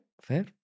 fair